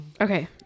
Okay